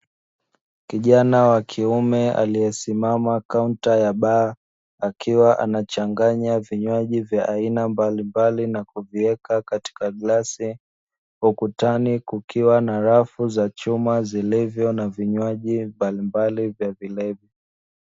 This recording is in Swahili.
Kijana wa kiume aliyesimama kaunta ya baa, akiwa anachanganya vinywaji vya aina mbalimbali na kuviweka katika glasi ukutani kukiwa na rafu za chuma vilivyo na vinywaji mbalimbali vya vilevi.